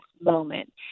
moment